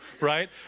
right